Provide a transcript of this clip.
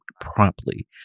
promptly